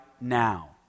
now